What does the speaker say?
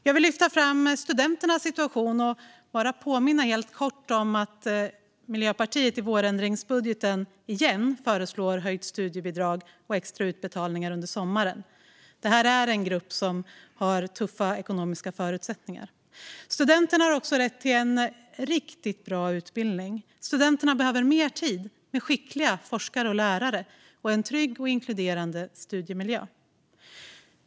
Jag vill lyfta fram studenternas situation och helt kort påminna om att Miljöpartiet i vårändringsbudgeten åter föreslår höjt studiebidrag och extra utbetalningar under sommaren. Det här är en grupp som har tuffa ekonomiska förutsättningar. Studenterna har också rätt till en riktigt bra utbildning. Studenterna behöver mer tid med skickliga forskare och lärare samt en trygg och inkluderande studiemiljö.